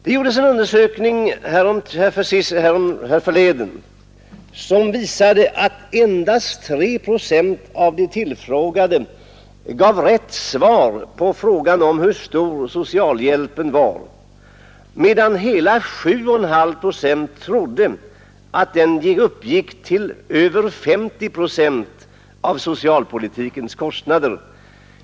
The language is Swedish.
Det gjordes en undersökning härförleden som visade att endast 3 procent av de tillfrågade gav rätt svar på frågan, hur stor socialhjälpen var, medan hela 7,5 procent trodde att den uppgick till över 50 procent av socialpolitikens kostnader.